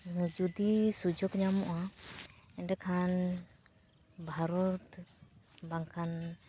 ᱡᱚᱫᱤ ᱥᱩᱡᱳᱜᱽ ᱧᱟᱢᱚᱜᱼᱟ ᱮᱸᱰᱮ ᱠᱷᱟᱱ ᱵᱷᱟᱨᱚᱛ ᱵᱟᱝᱠᱷᱟᱱ